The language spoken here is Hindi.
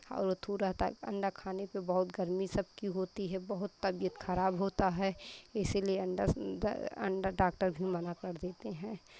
और ओथ रहता है अंडा खाने पे बहुत गर्मी सबकी होती है बहुत तबियत खराब होता है इसीलिए अंडा संडा अंडा डाक्टर भी मना कर देते हैं